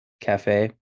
Cafe